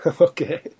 Okay